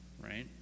right